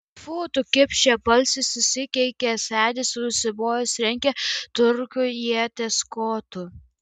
tfu tu kipše balsiai susikeikė senis ir užsimojęs trenkė turkui ieties kotu